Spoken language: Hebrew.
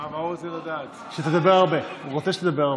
אחמד, ידידי,